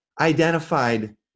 identified